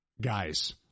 Guys